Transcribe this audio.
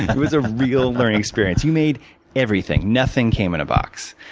it was a real learning experience. you made everything. nothing came in a box.